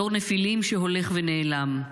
דור נפילים שהולך ונעלם.